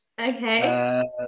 Okay